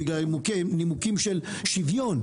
מנימוקים של שוויון.